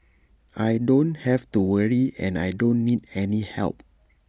I don't have to worry and I don't need any help